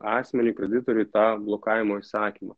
asmeniui kreditoriui tą blokavimo įsakymą